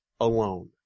alone